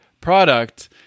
product